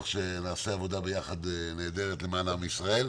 שנעשה עבודה נהדרת ביחד למען עם ישראל.